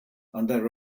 under